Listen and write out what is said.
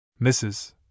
Mrs